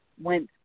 went